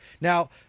now